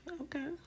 Okay